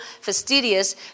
fastidious